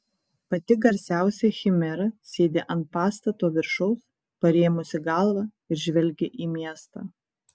pati garsiausia chimera sėdi ant pastato viršaus parėmusi galvą ir žvelgia į miestą